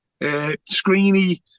Screeny